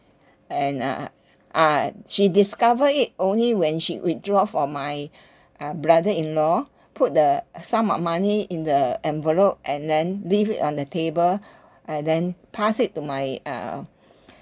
and uh uh she discovered it only when she withdraw for my uh brother-in-law put the sum of money in the envelope and then leave it on the table and then pass it to my uh